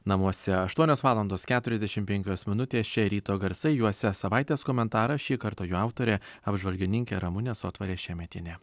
namuose aštuonios valandos keturiasdešimt penkios minutės čia ryto garsai juose savaitės komentaras šį kartą jo autorė apžvalgininkė ramunė sotvarė šemetienė